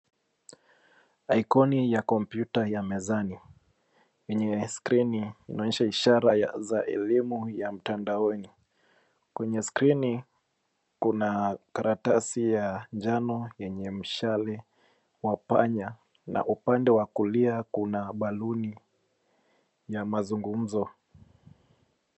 Ikoni ya kompyuta mezani yenye skrini inaonyesha ishara ya- za elimu ya mtandaoni. Kwenye skrini, kuna karatasi ya njano yenye mshale wa panya na upande wa kulia kuna baluni ya mazungumzo.